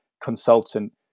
consultant